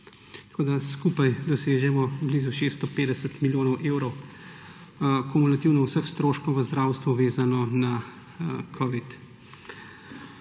evrov. Skupaj dosežemo blizu 650 milijonov evrov kumulativno vseh stroškov v zdravstvu, vezano na